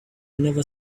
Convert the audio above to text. never